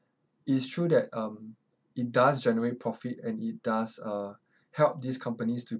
it is true that um it does generate profit and it does uh help these companies to